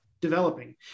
developing